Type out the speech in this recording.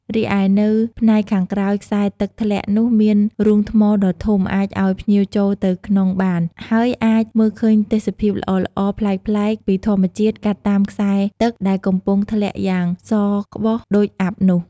រីឯនៅផ្នែកខាងក្រោយខ្សែទឹកធ្លាក់នោះមានរូងថ្មដ៏ធំអាចឱ្យភ្ញៀវចូលទៅក្នុងបាន ហើយអាចមើលឃើញទេសភាពល្អៗប្លែកៗពីធម្មជាតិកាត់តាមខ្សែទឹកដែលកំពុងធ្លាក់យ៉ាងសក្បុសដូចអ័ព្ទនោះ ។